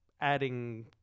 adding